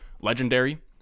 Legendary